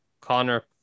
Connor